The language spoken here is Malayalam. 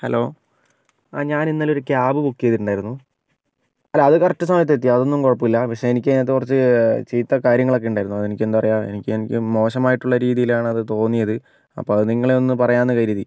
ഹലോ ആ ഞാൻ ഇന്നലെ ഒരു ക്യാബ് ബുക്ക് ചെയ്തിട്ടുണ്ടായിരുന്നു അല്ല അത് കറക്റ്റ് സമയത്തെത്തി അതൊന്നും കുഴപ്പല്ല പക്ഷേ എനിക്ക് അതിനകത്ത് കുറച്ച് ചീത്ത കാര്യങ്ങളൊക്കെ ഉണ്ടായിരുന്നു അതെനിക്ക് എന്താണ് പറയുക എനിക്ക് എനിക്ക് മോശമായിട്ടുള്ള രീതിയിലാണ് അത് തോന്നിയത് അപ്പോൾ അത് നിങ്ങളെയൊന്ന് പറയാം എന്ന് കരുതി